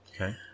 okay